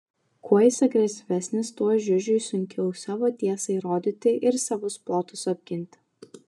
kuo jis agresyvesnis tuo žiužiui sunkiau savo tiesą įrodyti ir savus plotus apginti